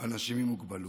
ואנשים עם מוגבלות.